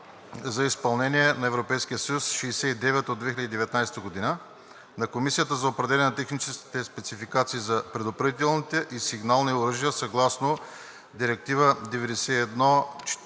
за изпълнение на Европейския съюз 2019/69 на Комисията за определяне на техническите спецификации за предупредителните и сигналните оръжия съгласно Директива 91/477